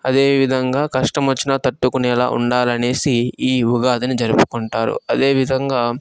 కష్టంవచ్చిన తట్టుకునేలా ఉండాలనేసి ఈ ఉగాదిని జరుపుకుంటారు అదేవిధంగా